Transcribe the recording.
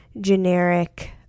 generic